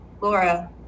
Laura